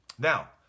Now